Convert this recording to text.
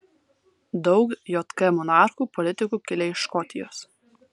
daug jk monarchų politikų kilę iš škotijos